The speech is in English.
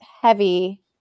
heavy